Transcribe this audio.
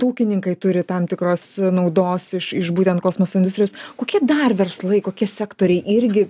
ūkininkai turi tam tikros naudos iš iš būtent kosmoso industrijos kokie dar verslai kokie sektoriai irgi